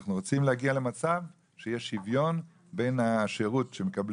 אנחנו רוצים להגיע למצב שיהיה שוויון בין סל